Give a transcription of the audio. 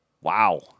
Wow